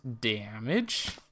damage